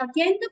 again